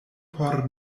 por